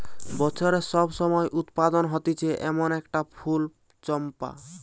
বছরের সব সময় উৎপাদন হতিছে এমন একটা ফুল চম্পা